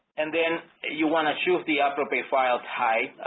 and then you want to choose the appropriate file type.